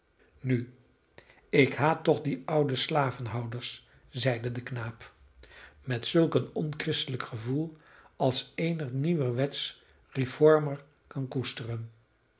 nu ik haat toch die oude slavenhouders zeide de knaap met zulk een onchristelijk gevoel als eenig nieuwerwetsch reformer kan koesteren